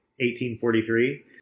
1843